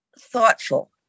Thoughtful